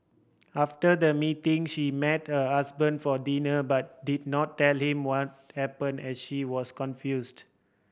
after the meeting she met her husband for dinner but did not tell him what happen as she was confused